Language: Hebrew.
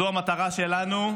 זאת המטרה שלנו.